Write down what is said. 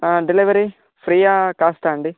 delivery ఫ్రీయా కాస్టా అండి